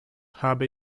habe